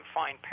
find